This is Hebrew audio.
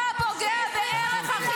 אתה לא מסייע לממ"ח,